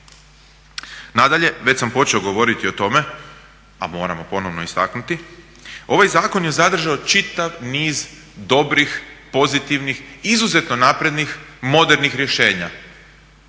Nadalje, već sam počeo govoriti o tome, a moramo ponovo istaknuti, ovaj zakon je zadržao čitav niz dobrih, pozitivnih, izuzetno naprednih, modernih rješenja,